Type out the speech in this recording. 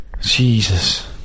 Jesus